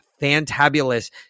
fantabulous